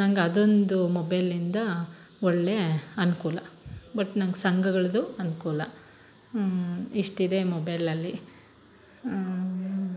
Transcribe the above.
ನಂಗೆ ಅದೊಂದು ಮೊಬೈಲಿಂದ ಒಳ್ಳೆ ಅನುಕೂಲ ಬಟ್ ನಂಗೆ ಸಂಘಗಳದ್ದು ಅನುಕೂಲ ಇಷ್ಟಿದೆ ಮೊಬೈಲಲ್ಲಿ